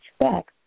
Expect